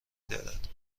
دارد